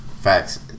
Facts